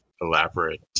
Elaborate